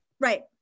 Right